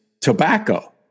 tobacco